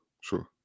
Sure